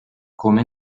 come